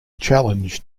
challenge